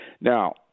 Now